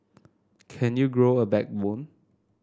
can you grow a backbone